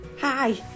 Hi